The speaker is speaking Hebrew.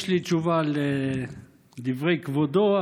יש לי תשובה על דברי כבודו,